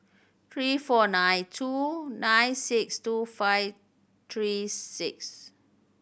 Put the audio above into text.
three four nine two nine six two five three six